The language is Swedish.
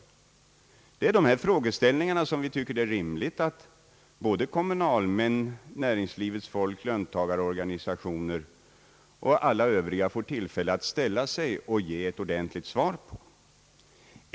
Dessa frågor tycker vi att det är rimligt att kommunalmän, näringslivets företrädare, löntagarorganisationer och alla övriga får tillfälle att ge ett ordentligt svar på.